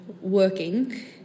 working